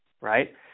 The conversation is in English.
Right